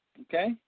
Okay